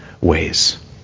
ways